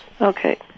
Okay